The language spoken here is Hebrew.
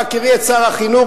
בהכירי את שר החינוך,